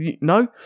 no